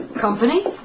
Company